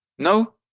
No